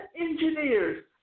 engineers